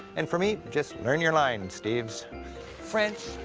and for me, just, learn your lines, steves french,